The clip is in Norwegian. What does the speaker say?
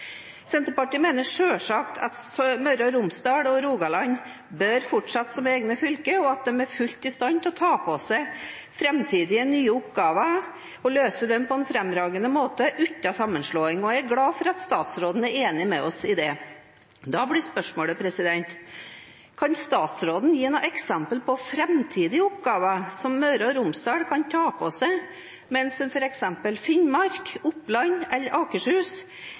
Senterpartiet mener selvsagt at Møre og Romsdal og Rogaland bør fortsette som egne fylker, og at de er fullt ut i stand til å ta på seg framtidige nye oppgaver og løse dem på en fremragende måte uten sammenslåing. Jeg er glad for at statsråden er enig med oss i det. Da blir spørsmålet: Kan statsråden gi noen eksempler på framtidige oppgaver som Møre og Romsdal kan ta på seg, men som f.eks. Finnmark, Oppland eller Akershus